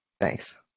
Thanks